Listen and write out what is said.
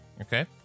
Okay